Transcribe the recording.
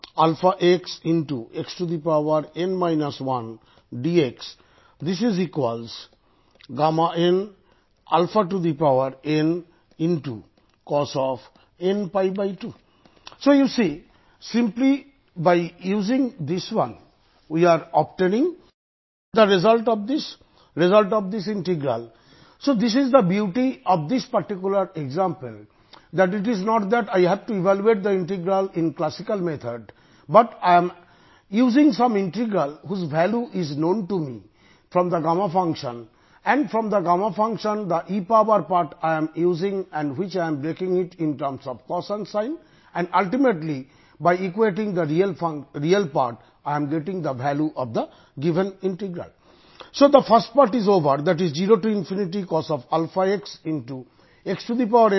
நாம் ஏன் காமா ஃபங்க்ஷனிலிருந்து தவிர வேறொன்றும் இல்லை இதுதான் நாம் இங்கே கண்டுபிடிக்க வேண்டியது